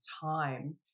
time